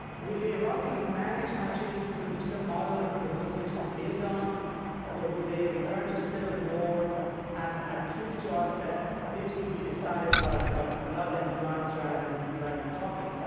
will the iraqis manage actually to produce a model for the muslims to build on or will they return to civil war and and prove to us that this will be decided by by blood and guns rather than rather than talking?